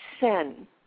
sin